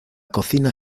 cocina